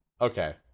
Okay